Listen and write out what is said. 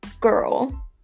girl